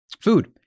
Food